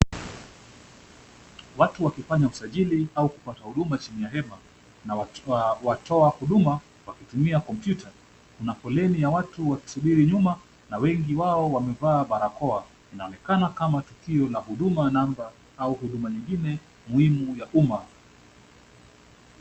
Watu wakifanya usajili au kupata huduma chini ya hema na watoa huduma wakitumia kompyuta na foleni ya watu wakisubiri nyuma na wengi wao wakivaa barakoa. Yaonekana kama tukio la Huduma Namba au huduma ingine muhimu ya umma.